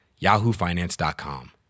yahoofinance.com